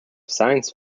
science